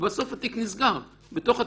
ובסוף התיק נסגר ב-90%.